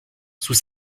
sous